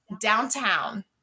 downtown